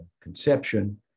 conception